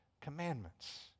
Commandments